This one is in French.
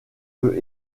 peut